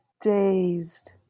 dazed